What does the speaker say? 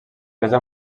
presa